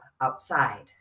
outside